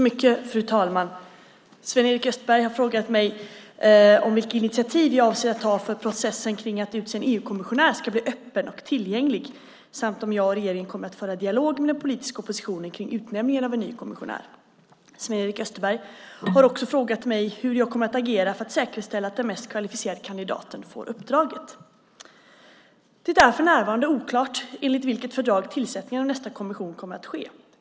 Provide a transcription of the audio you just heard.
Fru talman! Sven-Erik Österberg har frågat mig vilka initiativ jag avser att ta för att processen kring att utse en EU-kommissionär ska bli öppen och tillgänglig samt om jag och regeringen kommer att föra en dialog med den politiska oppositionen kring utnämningen av en ny kommissionär. Sven-Erik Österberg har också frågat mig hur jag kommer att agera för att säkerställa att den mest kvalificerade kandidaten får uppdraget. Det är för närvarande oklart enligt vilket fördrag tillsättningen av nästa kommission kommer att ske.